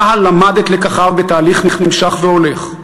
צה"ל למד את לקחיו בתהליך נמשך והולך.